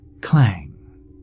clang